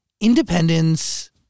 independence